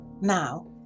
Now